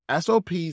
SOPs